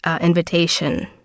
invitation